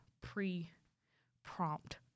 pre-prompt